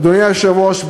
אדוני היושב-ראש,